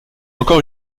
encore